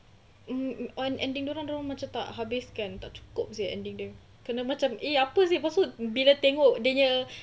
mm mm on ending dia orang dia orang macam tak habis kan tak cukup seh ending dia kenapa macam eh apa seh lepas tu bila tengok dia punya